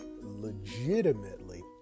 legitimately